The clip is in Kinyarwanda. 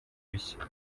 bishya